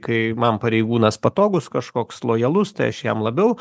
kai kai man pareigūnas patogus kažkoks lojalus tai aš jam labiau